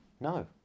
No